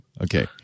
Okay